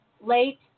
late